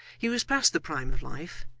he was past the prime of life,